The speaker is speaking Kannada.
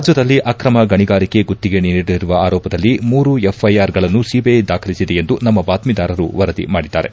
ರಾಜ್ಯದಲ್ಲಿ ಅಕ್ರಮ ಗಣಿಗಾರಿಕೆ ಗುತ್ತಿಗೆ ನೀಡಿರುವ ಆರೋಪದಲ್ಲಿ ಮೂರು ಎಫ್ಐಆರ್ಗಳನ್ನು ಸಿಬಿಐ ದಾಖಲಿಸಿದೆ ಎಂದು ನಮ್ಮ ಬಾತ್ಮೀದಾರರು ವರದಿ ಮಾಡಿದ್ದಾರೆ